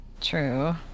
True